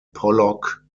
pollock